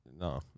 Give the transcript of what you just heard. no